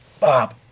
Bob